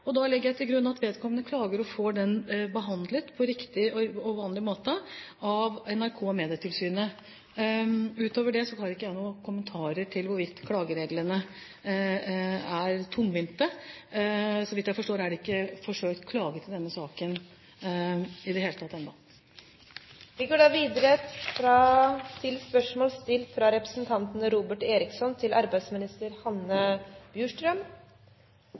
og den åpner for det. Jeg legger til grunn at vedkommende klager og får klagen behandlet på riktig og vanlig måte av NRK og Medietilsynet. Utover det har jeg ingen kommenterer til hvorvidt klagereglene er tungvinte. Så vidt jeg forstår, er det ikke forsøkt klaget i det hele tatt i denne saken ennå. Jeg tillater meg å stille følgende spørsmål til